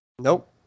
Nope